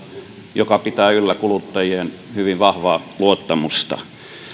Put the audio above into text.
joka pitää yllä kuluttajien hyvin vahvaa luottamusta